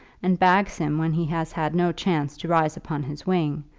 and bags him when he has had no chance to rise upon his wing,